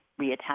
reattach